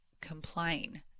complain